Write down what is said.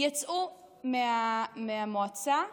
יצאו מהמועצה.